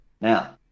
now